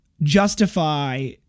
justify